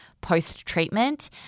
post-treatment